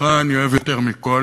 אותך אני אוהב יותר מכול,